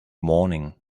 morning